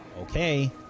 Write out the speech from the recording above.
Okay